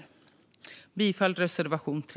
Jag yrkar bifall till reservation 3.